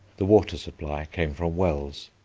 the water supply came from wells,